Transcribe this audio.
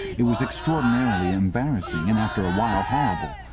it was extraordinarily embarrassing, and, after a while, horrible.